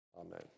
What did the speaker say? Amen